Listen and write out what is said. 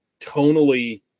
tonally